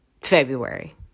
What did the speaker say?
February